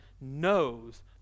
knows